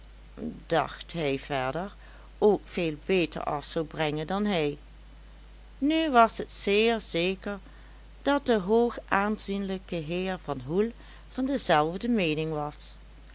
dacht hij verder ook veel beter af zou brengen dan hij nu was het zeer zeker dat de hoogaanzienlijke heer van hoel van dezelfde meening was